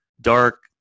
dark